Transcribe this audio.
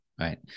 Right